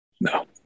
No